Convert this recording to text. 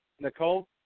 Nicole